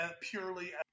purely